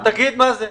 נו, תגיד מה זה.